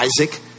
Isaac